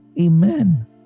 Amen